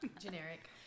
Generic